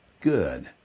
good